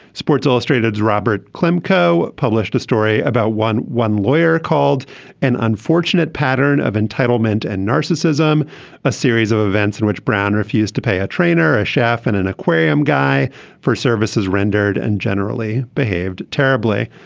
sports illustrated's robert clem co published a story about one. one lawyer called an unfortunate unfortunate pattern of entitlement and narcissism a series of events in which brown refused to pay a trainer a chef in an aquarium guy for services rendered and generally behaved terribly.